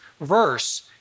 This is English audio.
verse